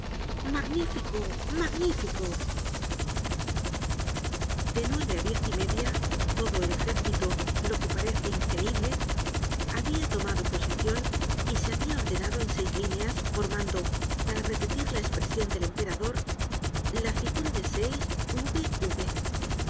magnífico magnifico de nueve á diez y media todo el ejército lo que parece increible tomo ii content from google book search generated at había tomado posicion y se había ordenado en seis líneas formando para repetir la espresion del emperador la figura de seis vv